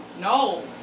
no